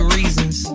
reasons